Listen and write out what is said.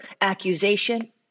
accusation